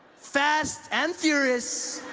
fast and furious